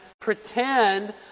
pretend